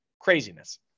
Craziness